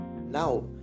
now